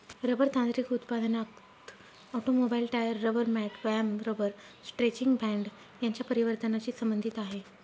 rubber तांत्रिक उत्पादनात automobile, tyre, rubber mat, व्यायाम रबर स्ट्रेचिंग बँड यांच्या परिवर्तनाची संबंधित आहे